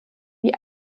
wie